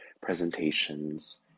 presentations